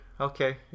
Okay